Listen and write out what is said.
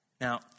Now